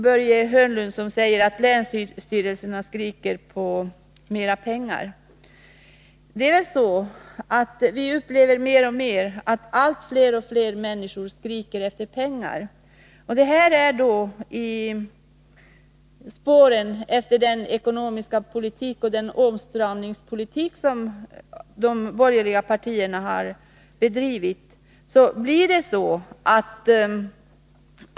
Börje Hörnlund säger att länsstyrelserna skriker efter mera pengar. Vi upplever mer och mer att allt fler människor skriker efter pengar. Det sker i spåren av den ekonomiska åtstramningspolitik som de borgerliga partierna har bedrivit.